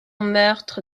meurtre